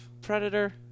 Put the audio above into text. Predator